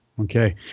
Okay